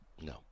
No